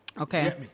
okay